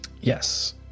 yes